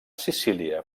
sicília